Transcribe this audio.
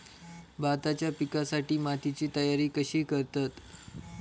भाताच्या पिकासाठी मातीची तयारी कशी करतत?